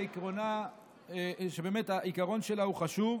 העיקרון של הצעת חוק הוא באמת חשוב,